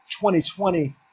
2020